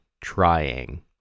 trying